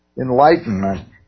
enlightenment